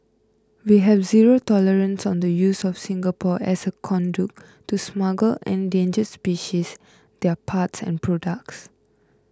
we have zero tolerance on the use of Singapore as a conduit to smuggle endangered species their parts and products